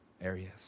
areas